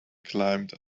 climbed